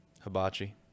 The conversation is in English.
Hibachi